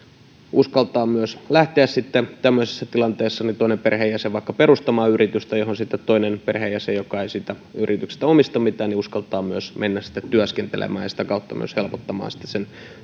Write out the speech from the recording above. uskaltaa myös lähteä sitten tämmöisessä tilanteessa vaikka perustamaan yritystä johon sitten toinen perheenjäsen joka ei siitä yrityksestä omista mitään uskaltaa myös mennä työskentelemään ja sitä kautta myös helpottaa sen